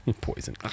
Poison